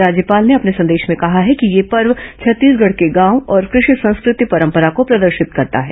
राज्यपाल ने अपने संदेश में कहा कि यह पर्व छत्तीसगढ़ के गांव और कृषि संस्कृति परंपरा को प्रदर्शित करता है